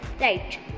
right